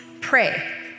Pray